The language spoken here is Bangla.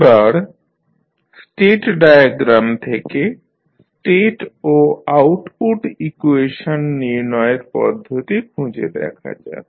এবার স্টেট ডায়াগ্রাম থেকে স্টেট ও আউটপুট ইকুয়েশন নির্ণয়ের পদ্ধতি খুঁজে দেখা যাক